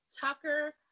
tucker